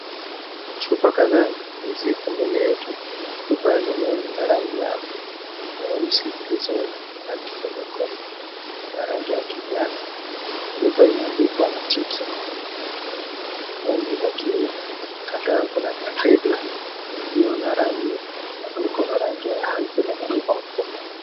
Chupa kadhaa ziko mbele yetu. Chupa zenyewe ni za rangi nyeusi zilizo na kifuniko ya rangi ya kijani. Chupa imeandikwa mtiki. Nguvu za kiume. Kando yake kuna mkebe iliyo na rangi, kifuniko cha rangi ya nyeupe na imeandikwa mkoko.